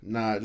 Nah